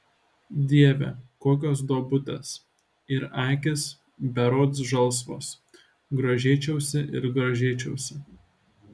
dieve kokios duobutės ir akys berods žalsvos grožėčiausi ir grožėčiausi